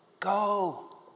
Go